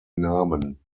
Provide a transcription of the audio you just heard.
namen